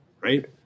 Right